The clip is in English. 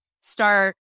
start